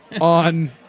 on